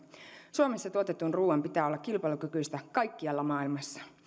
suomessa tuotetun ruuan pitää olla kilpailukykyistä kaikkialla maailmassa